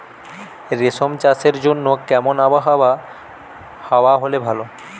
রেশম চাষের জন্য কেমন আবহাওয়া হাওয়া হলে ভালো?